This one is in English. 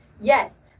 Yes